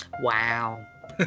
wow